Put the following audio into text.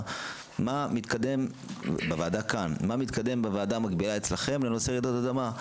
מה מתקדם בוועדה המקבילה אצלכם לנושא רעידות אדמה.